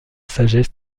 sagesse